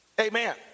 amen